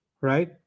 right